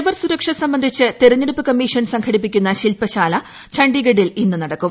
cyber സുരക്ഷ സംബന്ധിച്ച് തിരഞ്ഞെടുപ്പ് കമ്മീഷൻ സംഘടിപ്പിക്കുന്ന ശിൽപശാല ചണ്ടിഗഢിൽ ഇന്ന് നടക്കും